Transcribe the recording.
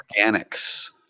organics